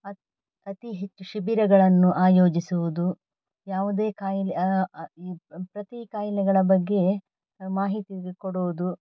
ಅತಿ ಅತಿ ಹೆಚ್ಚು ಶಿಬಿರಗಳನ್ನು ಆಯೋಜಿಸುವುದು ಯಾವುದೇ ಕಾಯಿಲೆ ಪ್ರತಿ ಕಾಯಿಲೆಗಳ ಬಗ್ಗೆ ಮಾಹಿತಿ ಕೊಡುವುದು